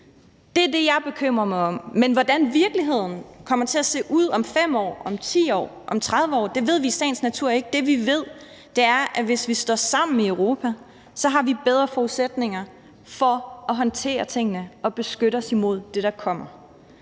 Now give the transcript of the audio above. Det er det, jeg bekymrer mig om. Men hvordan virkeligheden kommer til at se ud om 5 år, om 10 år, om 30 år, ved vi i sagens natur ikke. Det, vi ved, er, at hvis vi står sammen i Europa, har vi bedre forudsætninger for at håndtere tingene og beskytte os imod det, der kommer.